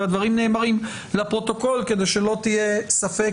והדברים נאמרים לפרוטוקול כדי שלא יהיה ספק